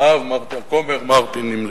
האב הכומר מרטין נימלר: